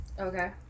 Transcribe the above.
Okay